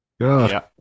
God